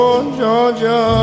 Georgia